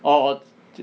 orh